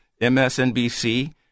MSNBC